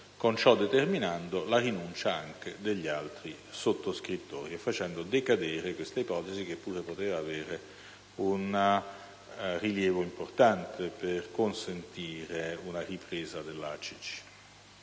con ciò determinando la rinuncia anche degli altri sottoscrittori e facendo decadere questa ipotesi che pure poteva avere un rilievo importante per consentire una ripresa della ACC.